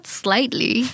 slightly